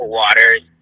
waters